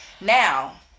Now